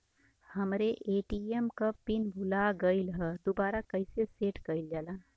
हमरे ए.टी.एम क पिन भूला गईलह दुबारा कईसे सेट कइलजाला?